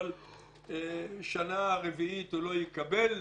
אבל שנה רביעית הוא לא יקבל,